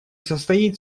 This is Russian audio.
состоит